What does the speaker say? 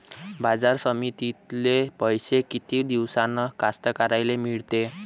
बाजार समितीतले पैशे किती दिवसानं कास्तकाराइले मिळते?